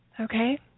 okay